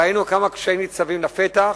ראינו כמה קשיים ניצבים לפתח.